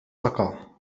تقع